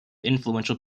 influential